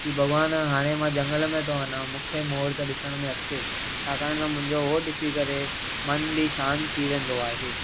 की भॻवानु हाणे मां जंगल में थो वञां मूंखे मोर त ॾिसण में अचे छाकाणि त मुंहिजो उहो ॾिसी करे मन बि शांति थी वेंदो आहे